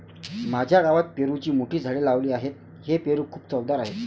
माझ्या गावात पेरूची मोठी झाडे लावली आहेत, हे पेरू खूप चवदार आहेत